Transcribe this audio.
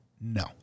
No